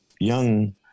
young